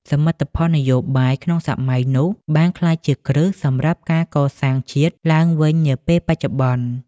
សមិទ្ធផលនយោបាយក្នុងសម័យនោះបានក្លាយជាគ្រឹះសម្រាប់ការកសាងជាតិឡើងវិញនាពេលបច្ចុប្បន្ន។